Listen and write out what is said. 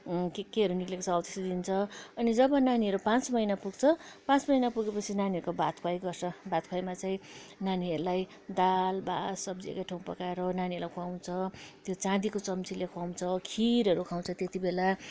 के केहरू निक्लिएको छ हो त्यस्तो दिन्छ अनि जब नानीहरू पाँच महिना पुग्छ पाँच महिना पुगेपछि नानीहरूको भात खुवाइ गर्छ भात खुवाइमा चाहिँ नानीहरूलाई दाल भात सब्जी एकै ठाउँ पकाएर नानीहरूलाई खुवाउँछ त्यो चाँदीको चम्चीले खुवाउँछ खिरहरू खुवाउँछ त्यति बेला